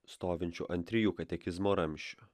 stovinčiu ant trijų katekizmo ramsčių